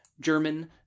German